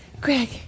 Greg